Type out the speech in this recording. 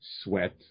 sweat